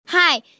Hi